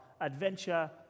adventure